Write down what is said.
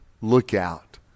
lookout